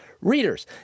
readers